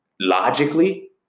logically